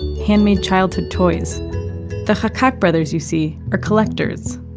handmade childhood toys the chakak brothers, you see, are collectors.